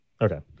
Okay